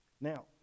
Now